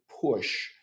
push